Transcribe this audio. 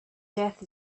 death